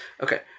Okay